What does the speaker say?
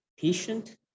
patient